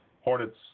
Hornets